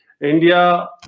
India